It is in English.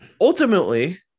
ultimately